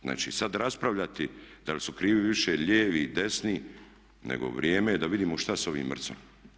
Znači sada raspravljati da li su krivi više lijevi ili desni, nego vrijeme je da vidimo šta sa ovim MRC-om.